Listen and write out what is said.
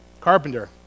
carpenter